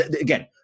again